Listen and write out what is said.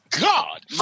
God